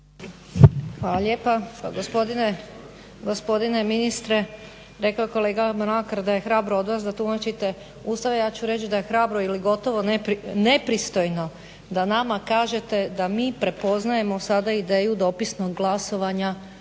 Hvala lijepa. Gospodine ministre rekao je kolega Mlakar da je hrabro od vas da tumačite Ustav, ja ću reći da je hrabro ili gotovo nepristojno da nama kažete da mi prepoznajemo sada ideju dopisnog glasovanja